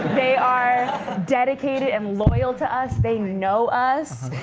they are dedicated and loyal to us. they know us.